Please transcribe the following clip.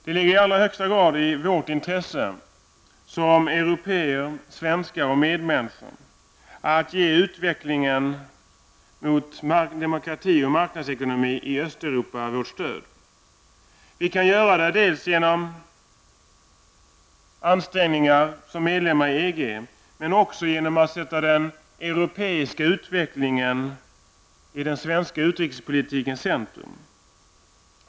Det ligger i allra högsta grad i vårt intresse -- som européer, svenskar och medmänniskor -- att ge utvecklingen mot demokrati och marknadsekonomi i Östeuropa vårt stöd. Vi kan göra det dels genom ansträngningar som medlemmar i EG, dels genom att sätta den europeiska utvecklingen i den svenska utrikespolitikens centrum.